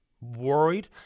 worried